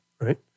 right